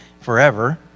forever